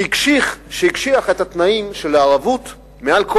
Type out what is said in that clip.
שהקשיח את התנאים של הערבות על כל